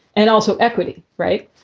and also equity. right.